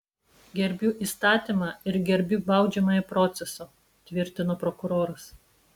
gerbiu įstatymą ir gerbiu baudžiamąjį procesą tvirtino prokuroras